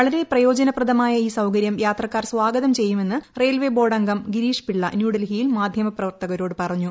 വളരെ പ്രയോജനപ്രദമായ ഈ സൌകരൃം യാത്രക്കാർ സ്വാഗതം ചെയ്യുമെന്ന് റെയിൽവേ ബോർഡ് അംഗം ഗിരീഷ് പിള്ള ന്യൂഡൽഹിയിൽ മാധ്യമപ്രവർത്തകരോട് പറഞ്ഞു